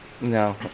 No